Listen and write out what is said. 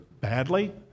badly